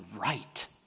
right